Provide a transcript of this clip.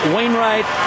Wainwright